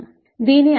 దీని అర్థమేమిటి